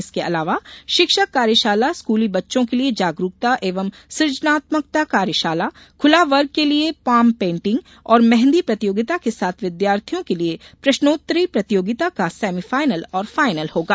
इसके अलावा शिक्षक कार्यशाला स्कूली बच्चों के लिये जागरूकता एवं सुजनात्मकता कार्यशाला खुला वर्ग के लिये पाम पेंटिंग और मेंहदी प्रतियोगिता के साथ विद्यार्थियों के लिये प्रश्नोत्तरी प्रतियोगिता को सेमी फाइनल और फाइनल होगा